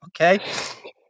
okay